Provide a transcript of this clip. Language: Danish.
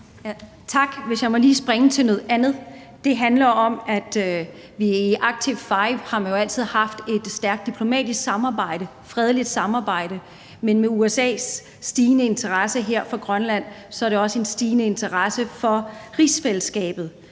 Tak. Hvis jeg lige må springe til noget andet: Det handler om, at vi i Arctic Five jo altid har haft et stærkt diplomatisk samarbejde, fredeligt samarbejde. Men med USA's stigende interesse for Grønland er der også en stigende interesse for rigsfællesskabet.